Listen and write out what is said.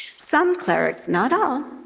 some clerics, not all,